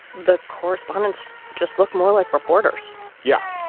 the correspondents just look more like reporters. yeah.